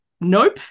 Nope